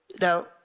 now